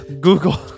Google